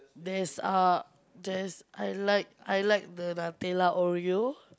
there's uh there's I like I like the Nutella Oreo